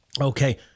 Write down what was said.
Okay